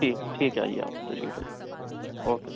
ٹھیک ٹھیک ہے آئیے آپ تشریف لائیے اوکے سر